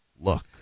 look